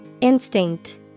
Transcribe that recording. Instinct